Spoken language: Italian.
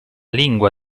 lingua